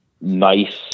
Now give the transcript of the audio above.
nice